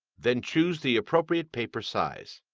then choose the appropriate paper size.